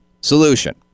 solution